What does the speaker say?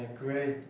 great